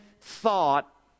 thought